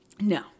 No